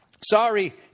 Sorry